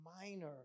minor